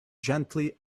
gently